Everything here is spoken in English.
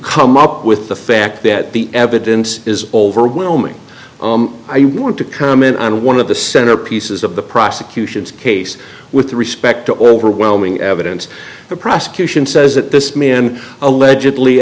come up with the fact that the evidence is overwhelming i want to come in on one of the centerpieces of the prosecution's case with respect to overwhelming evidence the prosecution says that this man allegedly